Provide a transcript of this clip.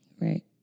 Right